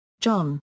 John